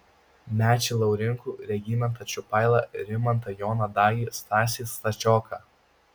mečį laurinkų regimantą čiupailą rimantą joną dagį stasį stačioką